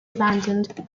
abandoned